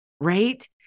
Right